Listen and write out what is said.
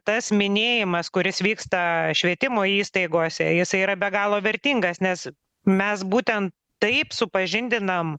tas minėjimas kuris vyksta švietimo įstaigose jisai yra be galo vertingas nes mes būtent taip supažindinam